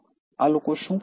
આ લોકો શું કરે છે